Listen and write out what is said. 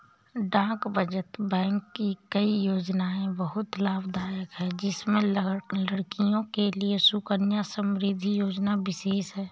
डाक बचत बैंक की कई योजनायें बहुत लाभदायक है जिसमें लड़कियों के लिए सुकन्या समृद्धि योजना विशेष है